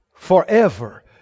Forever